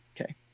Okay